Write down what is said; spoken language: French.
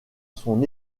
son